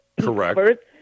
Correct